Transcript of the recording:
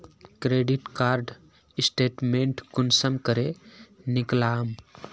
Credit कार्डेर statement कुंसम करे निकलाम?